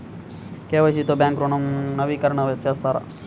KYC తో bank ఋణం నవీకరణ చేస్తారా?